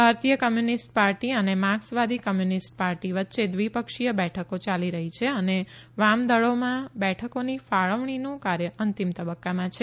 ભારતીય communist party અને Marx વાદી કમ્યુનિસ્ટ પાર્ટી વચ્ચે દ્વિપક્ષીય બેઠકો ચાલી રહી છે અને વામદળોમાં બેઠકોની ફાળવણીનું કાર્ય અંતિમ તબક્કામાં છે